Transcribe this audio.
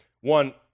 One